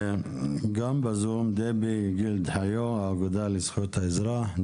גם בזום, דבי גילד-חיו, האגודה לזכויות האזרח.